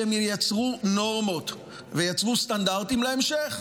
שייצרו נורמות וייצרו סטנדרטים להמשך.